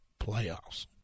playoffs